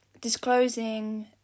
disclosing